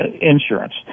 insurance